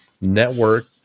network